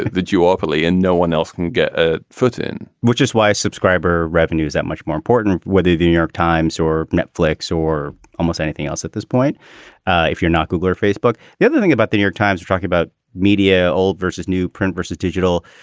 the duopoly, and no one else can get a foot in which is why subscriber revenue is that much more important, whether the new york times or netflix or almost anything else at this point if you're not google or facebook. the other thing about the new york times, you talk about media, old versus new, print versus digital.